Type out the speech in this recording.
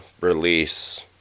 release